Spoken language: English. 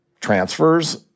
transfers